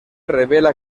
revela